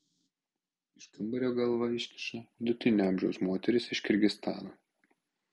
iš kambario galvą iškiša vidutinio amžiaus moteris iš kirgizstano